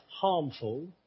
harmful